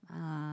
uh